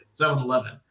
7-Eleven